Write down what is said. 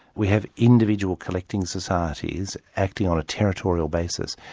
we have individual collecting societies acting on a territorial basis,